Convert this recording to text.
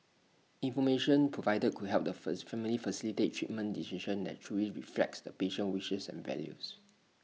information provided could help the first family facilitate treatment decisions that truly reflects the patient's wishes and values